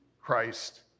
Christ